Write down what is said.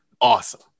Awesome